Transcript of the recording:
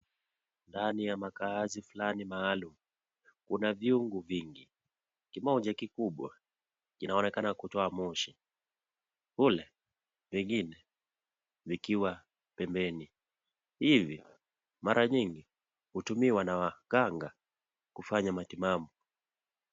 Ndani ya makaazi fulani maalum, kuna vyungu vingi. Kimoja kikubwa, kinaonekana kutoa moshi, kule vingine vikiwa pembeni. Hivi mara nyingi hutumiwa na waganga kufanya matimamu.